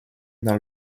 dans